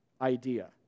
idea